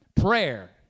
prayer